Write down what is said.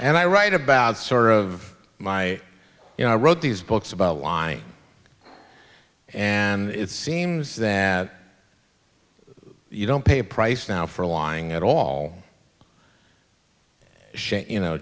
and i write about sort of my you know i wrote these books about why and it seems that you don't pay a price now for lying at all you know